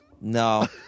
No